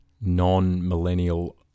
non-millennial